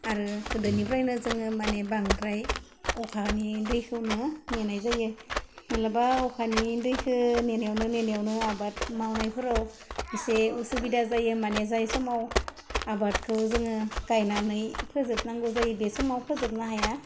आरो गोदोनिफ्रायनो जोङो माने बांद्राय अखानि दैखौनो नेनाय जायो मालाबा अखानि दैखौ नेनायावनो नेनायावनो आबाद मावनायफोराव इसे असुबिदा जायो माने जाय समाव आबादखौ जोङो गाइनानै फोजोबनांगौ जायो बे समाव फोजोबनो हाया